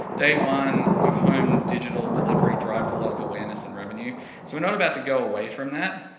day one of home digital delivery drives a lot of awareness in revenue, so we're not about to go away from that,